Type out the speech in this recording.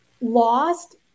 lost